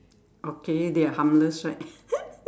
okay they are harmless right